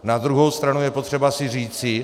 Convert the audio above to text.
Na druhou stranu je potřeba si říci